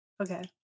Okay